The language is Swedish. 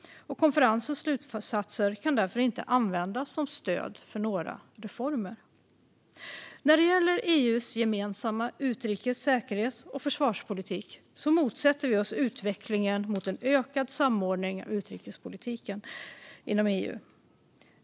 Konferensens slutsatser kan därför inte användas som stöd för några reformer. När det gäller EU:s gemensamma utrikes, säkerhets och försvarspolitik motsätter vi oss utvecklingen mot en ökad samordning av utrikespolitiken inom EU.